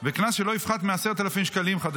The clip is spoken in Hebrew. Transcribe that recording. מאסר וקנס שלא יפחת מ-10,000 ש"ח.